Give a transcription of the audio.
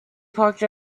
parked